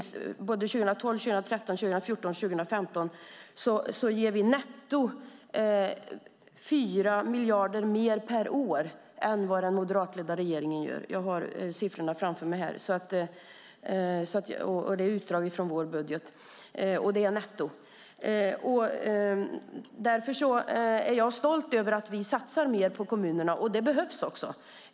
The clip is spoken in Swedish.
Såväl 2012 som 2013, 2014 och 2015 ger vi netto 4 miljarder mer per år än vad den moderatledda regeringen ger. Jag har siffrorna framför mig här, och det är utdrag från vår budget. Det är netto. Därför är jag stolt över att vi satsar mer på kommunerna. Det behövs också.